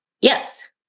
Yes